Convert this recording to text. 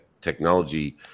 technology